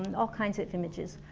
and all kinds of images.